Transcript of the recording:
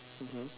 mmhmm